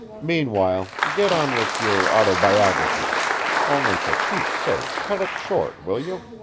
meanwhile, get on with your autobiography only for pete's sake, cut it short, will you?